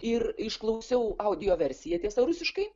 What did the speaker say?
ir išklausiau audio versiją tiesa rusiškai